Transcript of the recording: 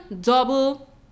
double